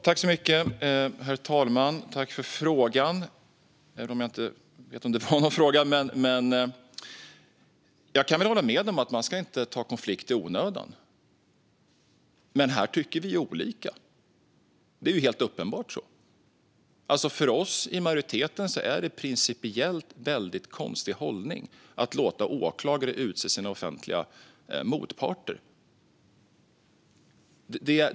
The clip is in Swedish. Herr talman! Jag tackar Gustaf Lantz för repliken. Jag kan hålla med om att man inte ska ta konflikt i onödan. Men här tycker vi olika. Det är helt uppenbart. För oss i majoriteten är det en principiellt väldigt konstig hållning att låta åklagare utse sina offentliga motparter.